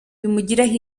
bimugiraho